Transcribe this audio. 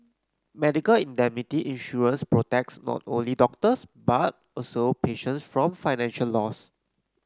medical indemnity insurance protects not only doctors but also patients from financial loss